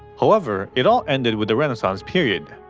however, it all ended with the renaissance period.